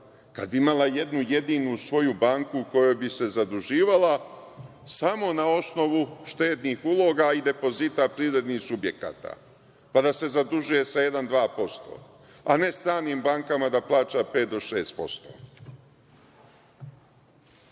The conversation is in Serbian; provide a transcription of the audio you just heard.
kada bi imala jednu jedinu svoju banku u kojoj bi se zaduživala samo na osnovu štednih uloga i depozita privrednih subjekata, pa da se zadužuje sa 1%, 2%, a ne stranim bankama da plaća 5%